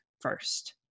first